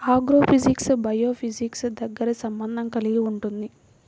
agrophysics బయోఫిజిక్స్తో దగ్గరి సంబంధం కలిగి ఉంటుంది